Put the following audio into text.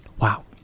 wow